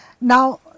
Now